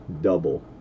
double